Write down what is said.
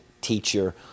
teacher